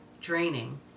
draining